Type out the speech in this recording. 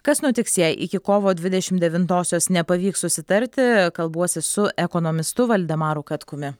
kas nutiks jei iki kovo dvidešim devintosios nepavyks susitarti kalbuosi su ekonomistu valdemaru katkumi